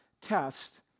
test